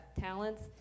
talents